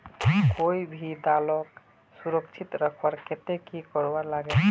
कोई भी दालोक सुरक्षित रखवार केते की करवार लगे?